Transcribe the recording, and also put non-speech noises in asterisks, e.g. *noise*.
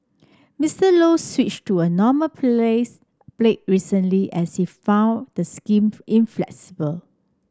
Mister Low switched to a normal place *unintelligible* recently as he found the *unintelligible* inflexible